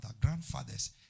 grandfathers